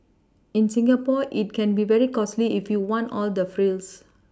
in Singapore it can be very costly if you want all the frills